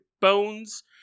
bones